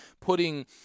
putting –